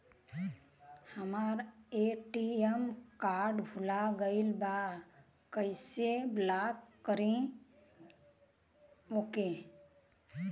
हमार ATM card भूला गईल बा कईसे ब्लॉक करी ओके?